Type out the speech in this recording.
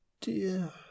dear